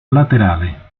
laterale